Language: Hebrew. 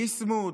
ביסמוט,